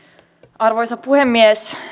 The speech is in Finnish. arvoisa puhemies